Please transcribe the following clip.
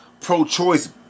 pro-choice